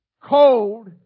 cold